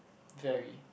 very